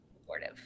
supportive